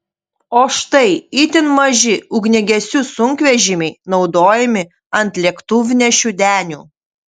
o štai itin maži ugniagesių sunkvežimiai naudojami ant lėktuvnešių denių